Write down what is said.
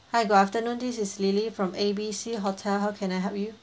hi good afternoon this is lily from A B C hotel how can I help you